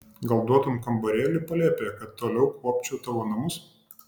gal duotum kambarėlį palėpėje kad toliau kuopčiau tavo namus